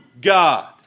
God